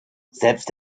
selbst